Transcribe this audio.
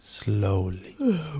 Slowly